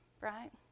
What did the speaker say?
right